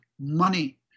money